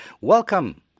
Welcome